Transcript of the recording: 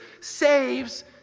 saves